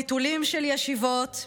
ביטולים של ישיבות,